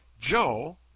Joe